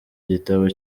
gitabo